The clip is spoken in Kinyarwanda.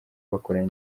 bakorana